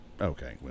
okay